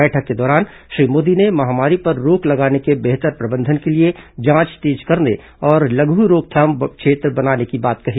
बैठक के दौरान श्री मोदी ने महामारी पर रोक लगाने के बेहतर प्रबंधन के लिए जांच तेज करने और लघु रोकथाम क्षेत्र बनाने की बात कही